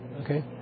okay